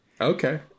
Okay